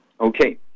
Okay